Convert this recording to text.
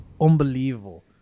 unbelievable